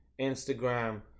Instagram